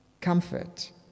comfort